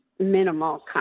minimal